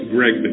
Greg